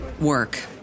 work